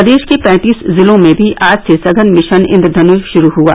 प्रदेश के पैंतीस जिलों में भी आज से सघन मिशन इंद्रधनुष शुरू हुआ